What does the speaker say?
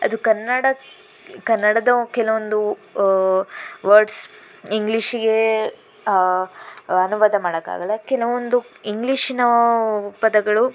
ಅದು ಕನ್ನಡ ಕನ್ನಡದ ಕೆಲವೊಂದು ವರ್ಡ್ಸ್ ಇಂಗ್ಲೀಷಿಗೆ ಅನುವಾದ ಮಾಡೋಕ್ಕಾಗಲ್ಲ ಕೆಲವೊಂದು ಇಂಗ್ಲೀಷಿನ ಪದಗಳು